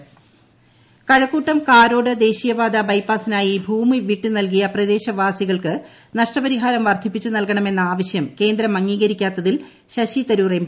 പ്രക്കുള ശശി തരൂർ കഴക്കൂട്ടം കാരോട് ദേശീയ പാത ബൈപാസ്റ്റിനായി ഭൂമി വിട്ട് നൽകിയ പ്രദേശ വാസികൾക്ക് നഷ്ടപരിഹാരം വർദ്ധിപ്പിച്ച് നൽകണമെന്ന ആവശ്യം കേന്ദ്രം അംഗീകരിക്കാത്തതിൽ ശശി തരൂർ എം